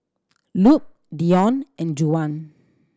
Lupe Deon and Juwan